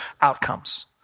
outcomes